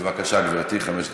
בבקשה, גברתי, חמש דקות.